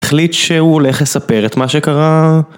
החליט שהוא הולך לספר את מה שקרה